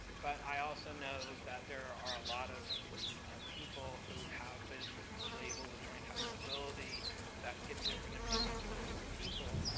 but i also know that there are a lot of people who have been labeled with and hypermobility that get different opinions from different people.